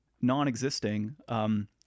non-existing